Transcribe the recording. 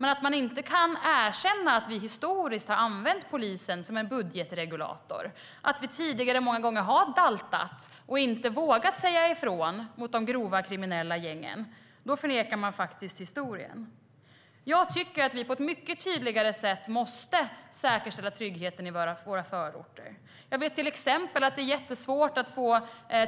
Men när man inte kan erkänna att vi historiskt sett har använt polisen som en budgetregulator och att vi många gånger har daltat med och inte vågat säga ifrån mot de grovt kriminella gängen förnekar man historien. Vi måste, på ett mycket tydligare sätt, säkerställa tryggheten i våra förorter. Jag vet att det till exempel är jättesvårt att få